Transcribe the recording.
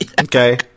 Okay